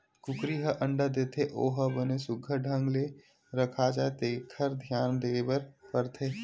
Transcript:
कुकरी ह अंडा देथे ओ ह बने सुग्घर ढंग ले रखा जाए तेखर धियान देबर परथे